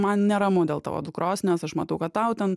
man neramu dėl tavo dukros nes aš matau kad tau ten